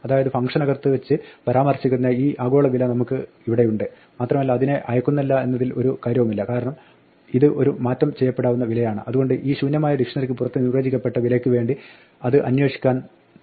അതായത് ഫംഗ്ഷനകത്ത് വെച്ച് പരാമർശിക്കുന്ന ഈ ആഗോള ബോർഡ് വില നമുക്കിവിടെയുണ്ട് മാത്രമല്ല അതിനെ അയക്കുന്നില്ല എന്നതിൽ ഒരു കാര്യവുമില്ല കാരണം ഇത് ഒരു മാറ്റം ചെയ്യപ്പെടാവുന്ന വിലയാണ് അതുകൊണ്ട് ഈ ശൂന്യമായ ഡിക്ഷ്ണറിക്ക് പുറത്ത് നിർവ്വചിക്കപ്പെട്ട വിലയ്ക്ക് വേണ്ടി അത് അന്വേഷിക്കുവാൻ പോകുന്നു